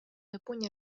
япония